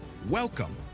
Welcome